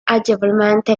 agevolmente